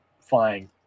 flying